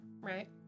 right